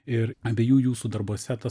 ir abiejų jūsų darbuose tas